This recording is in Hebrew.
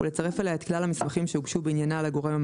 ולצרף אליה את כלל המסמכים שהוגשו בעניינה לגורם המאשר,